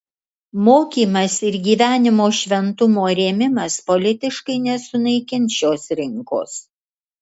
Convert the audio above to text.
mokymas ir gyvenimo šventumo rėmimas politiškai nesunaikins šios rinkos